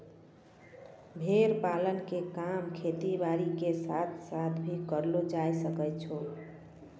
भेड़ पालन के काम खेती बारी के साथ साथ भी करलो जायल सकै छो